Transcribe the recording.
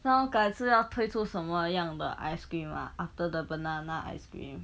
然后改次要推出什么样的 ice cream ah after the banana ice cream